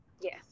Yes